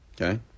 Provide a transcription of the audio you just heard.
Okay